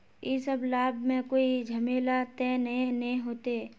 इ सब लाभ में कोई झमेला ते नय ने होते?